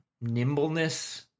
nimbleness